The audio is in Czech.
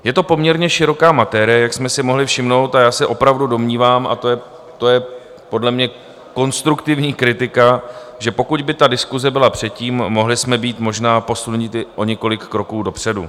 Je to poměrně široká materie, jak jsme si mohli všimnout, a já se opravdu domnívám, a to je podle mě konstruktivní kritika, že pokud by ta diskuse byla předtím, mohli jsme být možná posunuti o několik kroků dopředu.